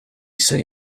say